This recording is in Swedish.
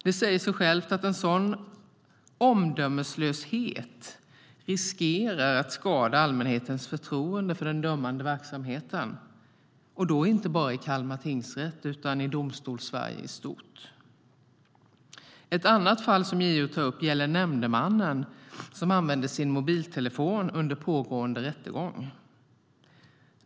Det säger sig självt att en sådan omdömeslöshet riskerar att skada allmänhetens förtroende för den dömande verksamheten, och då inte bara i Kalmar tingsrätt utan i Domstolssverige i stort. Ett annat fall som JO tar upp gäller nämndemannen som använde sin mobiltelefon under pågående rättegång.